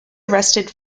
arrested